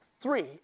Three